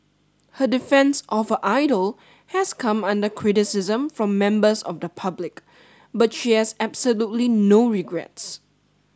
her defence of her idol has come under criticism from members of the public but she has absolutely no regrets